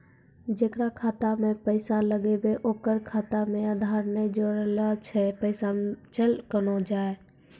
जेकरा खाता मैं पैसा लगेबे ओकर खाता मे आधार ने जोड़लऽ छै पैसा चल कोना जाए?